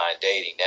dating